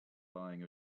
buying